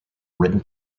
written